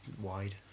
wide